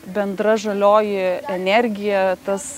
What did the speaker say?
bendra žalioji energija tas